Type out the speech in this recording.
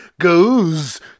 goes